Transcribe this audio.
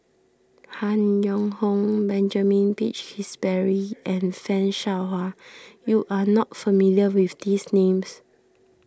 Han Yong Hong Benjamin Peach Keasberry and Fan Shao Hua you are not familiar with these names